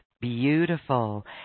Beautiful